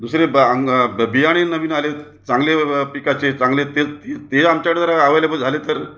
दुसरे बं बं बियाणे नवीन आले आहेत चांगले पिकाचे चांगले तेच तेच ते आमच्या जर अव्हायलेबल झाले तर